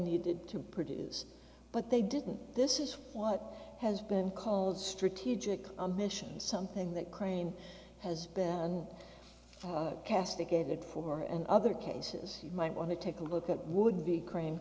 needed to produce but they didn't this is what has been called strategic a mission something that crane has castigated for and other cases you might want to take a look at would be cr